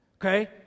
Okay